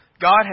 God